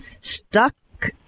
stuck